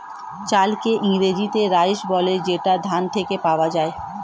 চালকে ইংরেজিতে রাইস বলে যেটা ধান থেকে পাওয়া যায়